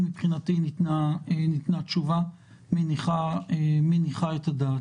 אני מבחינתי ניתנה תשובה מניחה את הדעת.